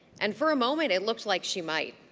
and for a moment, it looked like she might.